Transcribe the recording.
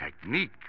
technique